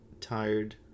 tired